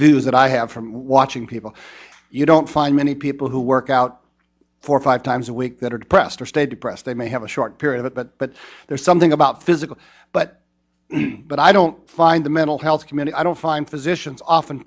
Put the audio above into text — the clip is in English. news that i have from watching people you don't find many people who work out four five times a week that are depressed or stay depressed they may have a short period but but there's something about physical but but i don't find the mental health community i don't find physicians often